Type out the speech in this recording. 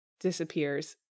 disappears